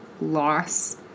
loss